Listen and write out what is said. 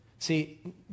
See